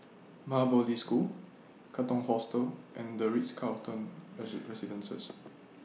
Maha Bodhi School Katong Hostel and The Ritz Carlton Residences